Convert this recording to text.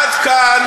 עד כאן,